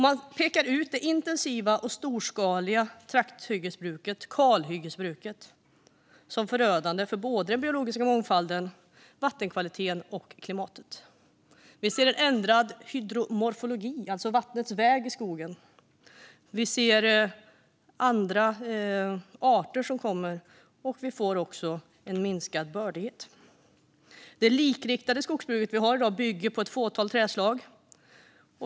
Man pekar ut det intensiva och storskaliga trakthyggesbruket och kalhyggesbruket som förödande för både den biologiska mångfalden, vattenkvaliteten och klimatet. Vi ser en ändrad hydromorfologi, alltså vattnets väg i skogen. Vi ser att det är andra arter som kommer, och vi får en minskad bördighet. Det likriktade skogsbruk vi har i dag bygger på ett fåtal trädslag.